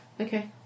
Okay